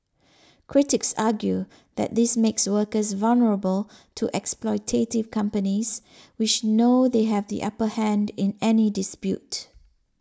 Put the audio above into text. critics argue that this makes workers vulnerable to exploitative companies which know they have the upper hand in any dispute